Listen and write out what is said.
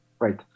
right